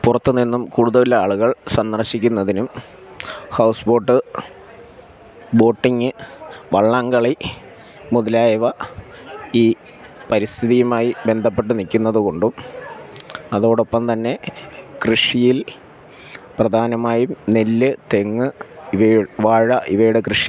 പുറത്തുനിന്നും കൂടുതൽ ആളുകൾ സന്ദർശിക്കുന്നതിനും ഹൗസ് ബോട്ട് ബോട്ടിംങ് വള്ളംകളി മുതലായവ ഈ പരിസ്ഥിതിയുമായി ബന്ധപ്പെട്ട് നില്ക്കുന്നതുകൊണ്ടും അതോടൊപ്പം തന്നെ കൃഷിയിൽ പ്രധാനമായും നെല്ല് തെങ്ങ് ഇവയു വാഴ ഇവയുടെ കൃഷിയിൽ